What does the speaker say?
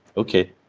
okay.